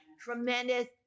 tremendous